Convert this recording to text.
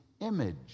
image